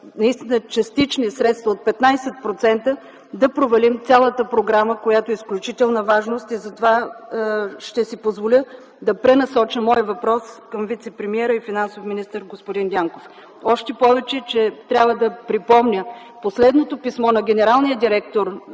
наистина частични средства от 15% да провалим цялата програма, която е от изключителна важност. Затова ще си позволя да пренасоча мой въпрос към вицепремиера и финансов министър господин Дянков. Още повече трябва да припомня, че генералният директор